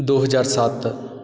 ਦੋ ਹਜਾਰ ਸੱਤ